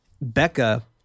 Becca